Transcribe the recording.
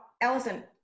Allison